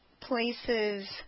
places